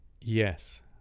yes